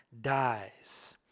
dies